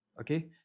Okay